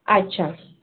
अच्छा